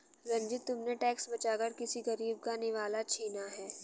रंजित, तुमने टैक्स बचाकर किसी गरीब का निवाला छीना है